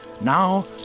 Now